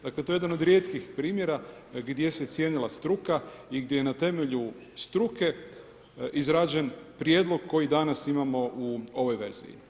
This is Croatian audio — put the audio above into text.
Dakle to je jedan od rijetkih primjera gdje se cijenila struka i gdje je na temelju struke izrađen prijedlog koji danas imamo u ovoj verziji.